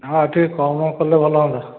ହଁ ଏଠି କମ୍ ଫମ୍ କଲେ ଭଲ ହୁଅନ୍ତା